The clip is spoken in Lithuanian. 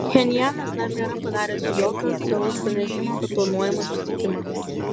pchenjanas dar nėra padaręs jokio oficialaus pranešimo apie planuojamą susitikimą